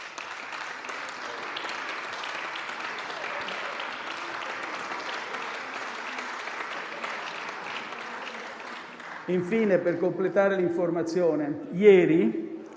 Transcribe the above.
Infine, per completare l'informazione, ieri